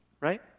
right